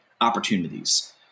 opportunities